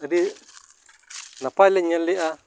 ᱟᱹᱰᱤ ᱱᱟᱯᱟᱭᱞᱮ ᱧᱮᱞ ᱞᱮᱫᱼᱟ